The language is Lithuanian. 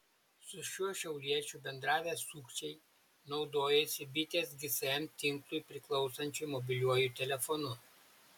su šiuo šiauliečiu bendravę sukčiai naudojosi bitės gsm tinklui priklausančiu mobiliuoju telefonu